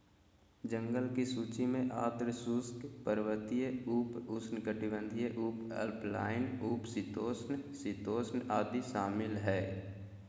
जंगल की सूची में आर्द्र शुष्क, पर्वतीय, उप उष्णकटिबंधीय, उपअल्पाइन, उप शीतोष्ण, शीतोष्ण आदि शामिल हइ